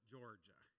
Georgia